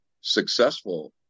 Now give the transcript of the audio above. successful